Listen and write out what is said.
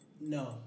No